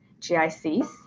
GICs